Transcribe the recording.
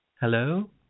Hello